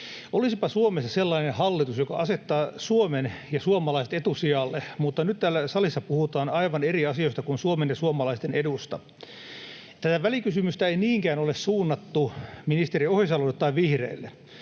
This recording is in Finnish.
Olisipa Suomessa sellainen hallitus, joka asettaa Suomen ja suomalaiset etusijalle, mutta nyt täällä salissa puhutaan aivan eri asioista kuin Suomen ja suomalaisten edusta. Tätä välikysymystä ei niinkään ole suunnattu ministeri Ohisalolle tai vihreille.